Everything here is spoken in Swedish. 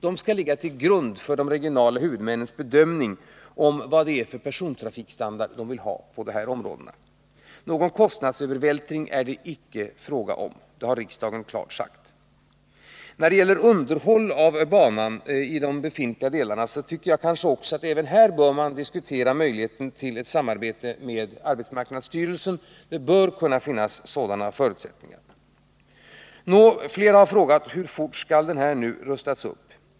De skall ligga till grund för de regionala huvudmännens bedömning av vilken persontrafikstandard man vill ha på dessa områden. Någon kostnadsövervältring är det icke fråga om. Det har riksdagen klart uttalat. Även när det gäller underhåll av banan i de befintliga delarna tycker jag man bör diskutera möjligheten till ett samarbete med arbetsmarknadsstyrelsen. Det bör kunna finnas förutsättningar för det. Flera har frågat: Hur fort skall banan rustas upp?